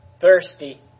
thirsty